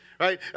Right